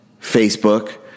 Facebook